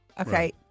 Okay